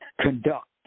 Conduct